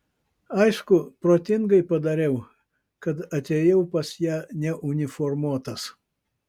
aišku protingai padariau kad atėjau pas ją neuniformuotas